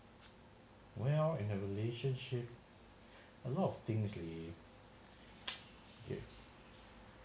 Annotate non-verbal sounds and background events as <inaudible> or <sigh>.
well in a relationship a lot of things the <noise> okay